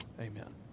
Amen